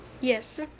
Yes